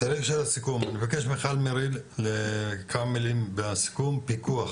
אני אבקש ממיכל מריל כמה מילים לסיכום, פיקוח